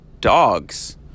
dogs